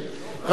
רבותי,